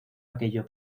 aquello